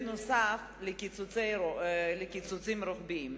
נוסף על הקיצוצים הרוחביים.